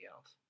else